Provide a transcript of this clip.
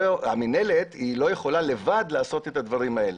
המינהלת לא יכולה לבד לעשות את הדברים האלה.